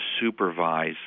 supervise